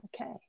okay